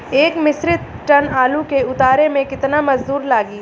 एक metric ton आलू के उतारे मे कितना मजदूर लागि?